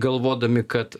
galvodami kad